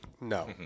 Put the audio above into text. No